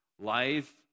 life